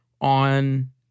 on